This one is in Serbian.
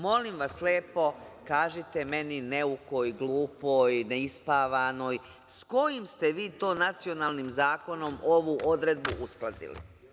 Molim vas lepo, kažite meni neukoj, glupoj, neispavanoj, s kojim ste vi nacionalnim zakonom ovu odredbu uskladili?